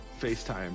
FaceTime